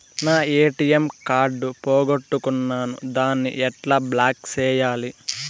నా ATM card పోగొట్టుకున్నాను, దాన్ని ఎట్లా బ్లాక్ సేయాలి?